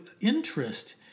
interest